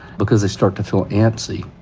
because they start to feel antsy.